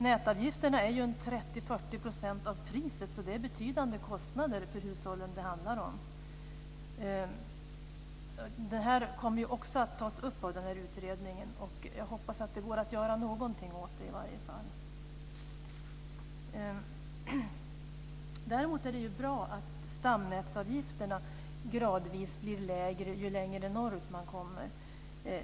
Nätavgifterna är 30-40 % av priset, så det är betydande kostnader för hushållen som det handlar om. Detta kommer också att tas upp av utredningen, och jag hoppas att det går att göra någonting åt det. Däremot är det bra att stamnätsavgifterna gradvis blir lägre ju längre norrut man kommer.